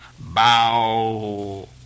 Bow